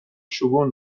شگون